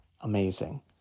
amazing